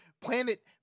planet